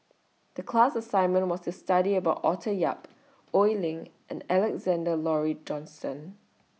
The class assignment was to study about Arthur Yap Oi Lin and Alexander Laurie Johnston